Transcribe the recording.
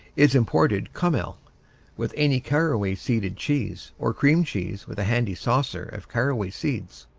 is imported kummel with any caraway-seeded cheese, or cream cheese with a handy saucer of caraway seeds.